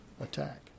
attack